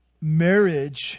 marriage